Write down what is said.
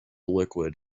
liquid